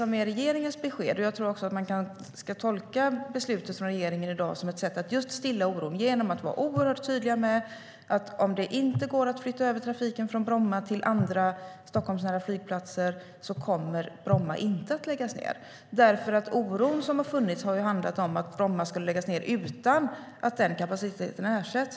Beslutet från regeringen i dag ska tolkas som ett sätt att just stilla oron genom att man ska vara oerhört tydlig med att om det inte går att flytta över trafiken från Bromma till andra Stockholmsnära flygplatser kommer Bromma inte att läggas ned. Den oro som har funnits har nämligen handlat om att Bromma skulle läggas ned utan att den kapaciteten ersätts.